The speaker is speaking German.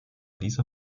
dieser